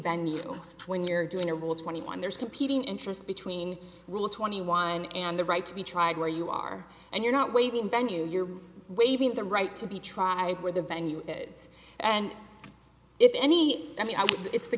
venue when you're doing your will twenty one there's competing interest between rule twenty one and the right to be tried where you are and you're not waiving venue you're waiving the right to be tried where the venue is and if any i mean it's the